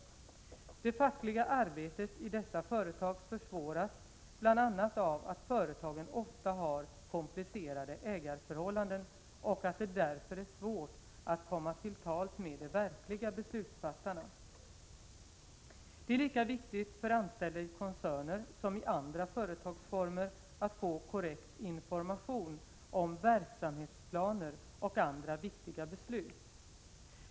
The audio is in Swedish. Det fackliga arbetet i dessa företag försvåras bl.a. av att företagen ofta har komplicerade ägarförhållanden och att det därför är svårt att komma till tals med de verkliga beslutsfattarna. Det är lika viktigt för anställda i koncerner som för anställda inom andra företagsformer att få korrekt information om verksamhetsplaner och andra viktiga beslut.